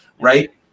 right